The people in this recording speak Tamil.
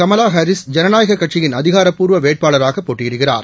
கமலாஹாரிஸ் ஜனநாயககட்சியின் அதிகாரப்பூர்வவேட்பாளராகபோட்டியிடுகிறார்